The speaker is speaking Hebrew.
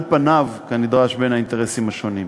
על פניו, כנדרש בין האינטרסים השונים.